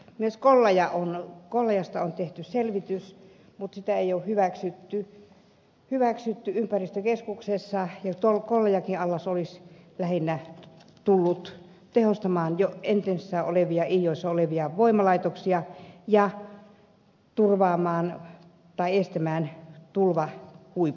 myös kollajasta on tehty selvitys mutta sitä ei ole hyväksytty ympäristökeskuksessa ja kollajankin allas olisi lähinnä tullut tehostamaan jo ennestään iijoessa olevia voimalaitoksia ja estämään tulvahuiput